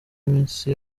iminsi